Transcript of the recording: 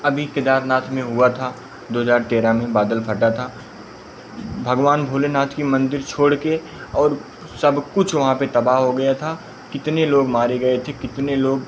अभी केदारनाथ में हुआ था दो हज़ार तेरह में बादल फटा था भगवान भोलेनाथ के मंदिर छोड़कर और सब कुछ वहाँ पर तबाह हो गया था कितने लोग मारे गए थे कितने लोग